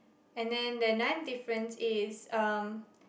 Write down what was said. and then the nine difference is um